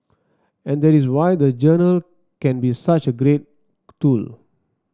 and that is why the journal can be such a great tool